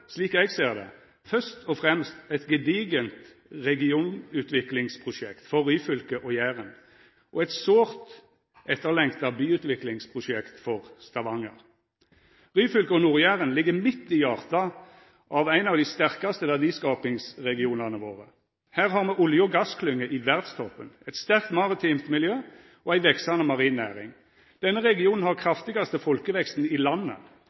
slik eg ser det, først og fremst eit gedigent regionutviklingsprosjekt for Ryfylke og Jæren og eit sårt etterlengta byutviklingsprosjekt for Stavanger. Ryfylke og Nord- Jæren ligg midt i hjarta av ein av dei sterkaste verdiskapingsregionane våre. Her har me olje- og gassklynger i verdstoppen, eit sterkt maritimt miljø og ei veksande marin næring. Denne regionen har den kraftigaste folkeveksten i landet.